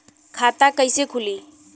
खाता कइसे खुली?